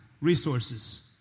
resources